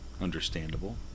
understandable